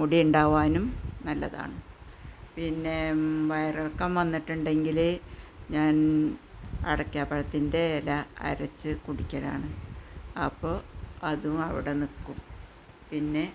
മുടി ഉണ്ടാവാനും നല്ലതാണ് പിന്നെ വയറിളക്കം വന്നിട്ടുണ്ടെങ്കിൽ ഞാന് അടക്കാപ്പഴത്തിന്റെ ഇല അരച്ച് കുടിക്കലാണ് അപ്പോൾ അതും അവിടെ നിൽക്കും പിന്നെ